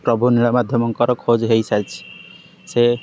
ପ୍ରଭୁ ନୀଳମାଧବଙ୍କର ଖୋଜ ହେଇସାରିଛି ସେ